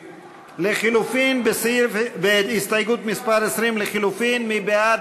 לחלופין, בהסתייגות מס' 20, מי בעד?